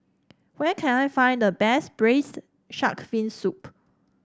where can I find the best Braised Shark Fin Soup